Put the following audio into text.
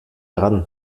ran